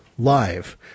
live